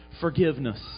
Forgiveness